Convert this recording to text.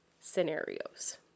scenarios